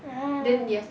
right